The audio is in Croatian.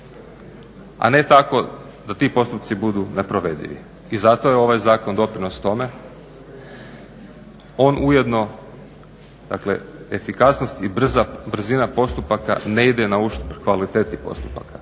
a ne tako da ti postupci budu neprovedivi. I zato je ovaj zakon doprinos tome, on ujedno, dakle efikasnost i brzina postupaka ne ide na uštrb kvaliteti postupaka.